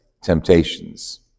temptations